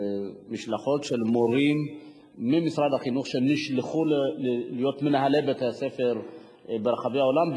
ומשלחות של מורים ממשרד החינוך נשלחו להיות מנהלי בתי-ספר ברחבי העולם,